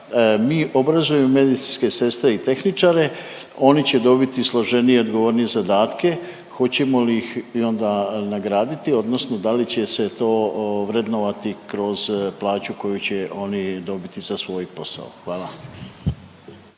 mi obrazujemo medicinske sestre i tehničare, oni će dobiti složenije i odgovornije zadatke, hoćemo li ih i onda nagraditi odnosno da li će se to vrednovati kroz plaću koju će oni dobiti za svoj posao? Hvala.